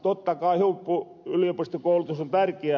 totta kai huippuyliopistokoulutus on tärkeä